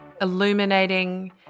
illuminating